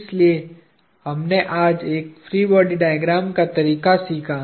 इसलिए हमने आज एक फ्री बॉडी डायग्राम का तरीका सीखा